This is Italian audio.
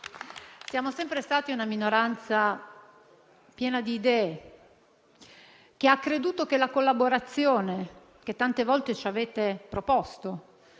Siamo sempre stati una minoranza piena di idee, che ha creduto che la collaborazione, che tante volte ci avete proposto,